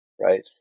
right